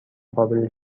قابل